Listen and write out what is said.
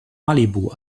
malibu